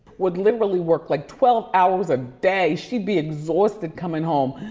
would literally work like twelve hours a day. she'd be exhausted coming home.